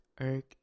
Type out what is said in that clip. irk